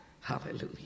hallelujah